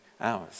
hours